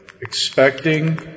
expecting